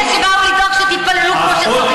אלה שבאו לבדוק שתתפללו כמו שצריך.